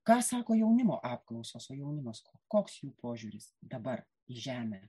ką sako jaunimo apklausos o jaunimas koks jų požiūris dabar į žemę